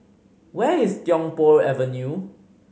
where is Tiong Poh Avenue